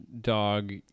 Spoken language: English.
dog